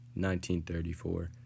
1934